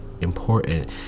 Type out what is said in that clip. important